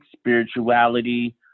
spirituality